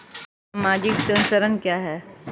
सामाजिक संरक्षण क्या है?